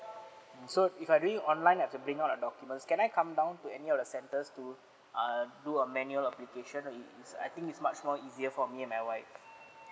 mm so if I re online I have to print out a documents can I come down to any of the centres to err do a manual application is is I think it's much more easier for me and my wife